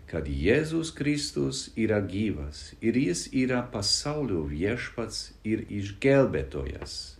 kad jėzus kristus yra gyvas ir jis yra pasaulio viešpats ir išgelbėtojas